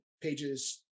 pages